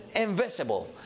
invisible